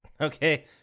Okay